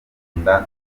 akunda